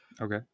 Okay